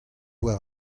war